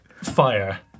fire